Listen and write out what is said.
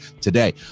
today